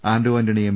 Anto Antony M